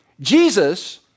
Jesus